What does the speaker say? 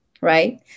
right